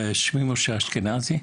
שמי משה אשכנזי,